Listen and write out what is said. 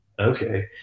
okay